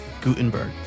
Gutenberg